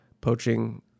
poaching